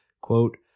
quote